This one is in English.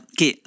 che